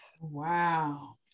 Wow